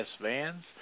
Vans